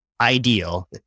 ideal